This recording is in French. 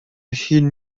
achille